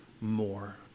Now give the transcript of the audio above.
more